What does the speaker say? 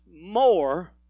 more